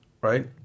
Right